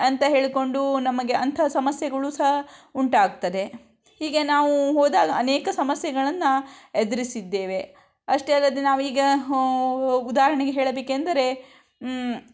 ಅಂತ ಹೇಳ್ಕೊಂಡು ನಮಗೆ ಅಂತ ಸಮಸ್ಯೆಗಳು ಸಹ ಉಂಟಾಗ್ತದೆ ಹೀಗೆ ನಾವು ಹೋದಾಗ ಅನೇಕ ಸಮಸ್ಯೆಗಳನ್ನು ಎದುರಿಸಿದ್ದೇವೆ ಅಷ್ಟೇ ಅಲ್ಲದೆ ನಾವೀಗ ಉದಾಹರಣೆಗೆ ಹೇಳಬೇಕೆಂದರೆ